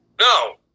No